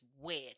weird